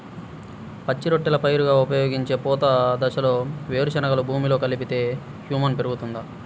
పచ్చి రొట్టెల పైరుగా ఉపయోగించే పూత దశలో వేరుశెనగను భూమిలో కలిపితే హ్యూమస్ పెరుగుతుందా?